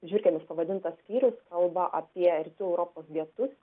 žiurkėmis pavadintas skyrius kalba apie europos getus